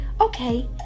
Okay